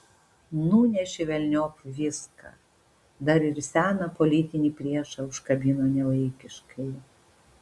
nunešė velniop viską dar ir seną politinį priešą užkabino nevaikiškai